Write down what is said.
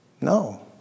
No